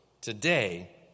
today